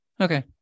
Okay